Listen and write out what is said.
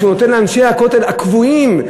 מה שנותן לאנשי הכותל הקבועים,